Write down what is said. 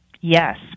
Yes